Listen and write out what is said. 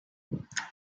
eight